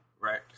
Right